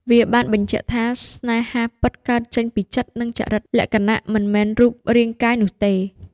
វាបានបញ្ជាក់ថា ស្នេហាពិតកើតចេញពីចិត្ត និងចរិតលក្ខណៈ មិនមែនរូបរាងកាយនោះទេ។